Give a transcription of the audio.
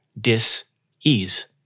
dis-ease